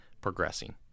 progressing